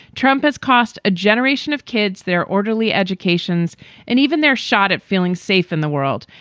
trump has cost a generation of kids their orderly educations and even their shot at feeling safe in the world.